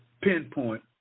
pinpoint